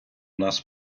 нас